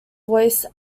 voice